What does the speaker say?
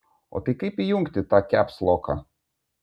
o tai kaip įjungti tą kepsloką